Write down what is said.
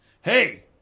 hey